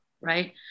right